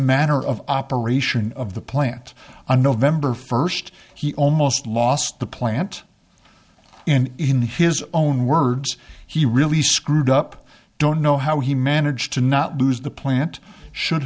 matter of operation of the plant on november first he almost lost the plant and in his own words he really screwed up don't know how he managed to not lose the plant should